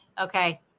Okay